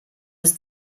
aus